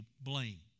blame